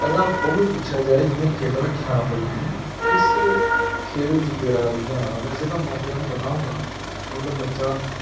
ਪਹਿਲਾਂ ਉਹਨੂੰ ਪੁੱਛਿਆ ਜਾਏ ਜਿਹਨੇ ਖੇਡਣਾ ਕਿ ਹਾਂ ਬਈ ਤੂੰ ਕਿਸ ਖੇਡ ਵਿੱਚ ਤੇਰਾ ਰੁਝਾਨ ਆ ਵੈਸੇ ਤਾਂ ਮਾਪਿਆਂ ਨੂੰ ਪਤਾ ਹੁੰਦਾ ਉਹਨਾਂ ਦਾ ਬੱਚਾ